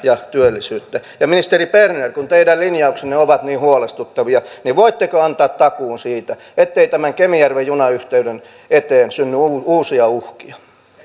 ja työllisyyttä ministeri berner kun teidän linjauksenne ovat niin huolestuttavia niin voitteko antaa takuun siitä ettei tämän kemijärven junayhteyden eteen synny uusia uhkia